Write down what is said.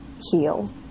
heal